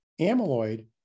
amyloid